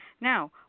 now